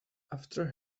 after